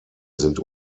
sind